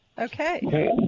Okay